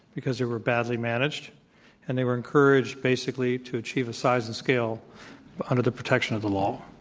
because they were badly managed and they were encouraged basically to achieve a size and scale under the protection of the law.